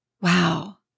Wow